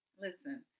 listen